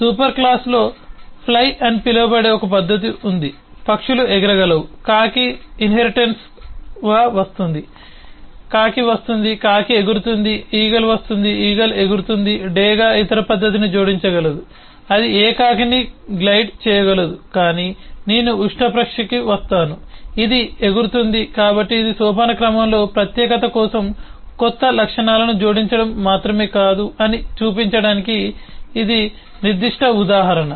super క్లాస్లో fly అని పిలువబడే ఒక పద్ధతి ఉంది పక్షులు ఎగరగలవు కాకి ఇన్హెరిటెన్స్గా వస్తుంది కాకి వస్తుంది కాకి ఎగురుతుంది ఈగిల్ వస్తుంది ఈగిల్ ఎగురుతుంది డేగ ఇతర పద్ధతిని జోడించగలదు అది ఏ కాకిని గ్లైడ్ చేయగలదు కాని నేను ఉష్ట్రపక్షికి వస్తాను ఇది ఎగురుతుంది కాబట్టి ఇది ఒక సోపానక్రమంలో ప్రత్యేకత కోసం క్రొత్త లక్షణాలను జోడించడం మాత్రమే కాదు అని చూపించడానికి ఇది ఒక నిర్దిష్ట ఉదాహరణ